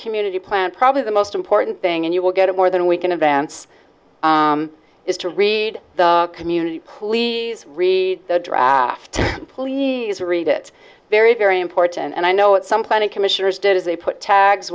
community plan probably the most important thing and you will get more than we can advance is to read the community please read the draft and please read it very very important and i know it some planning commissioners did as they put tags